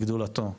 בגדולתו.